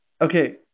Okay